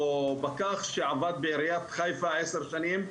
או פקח שעבד בעיריית חיפה 10 שנים,